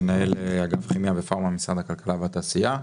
מנהל אגף כימיה ופארמה במשרד הכלכלה והתעשייה.